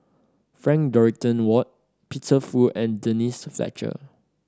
Frank Dorrington Ward Peter Fu and Denise Fletcher